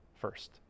first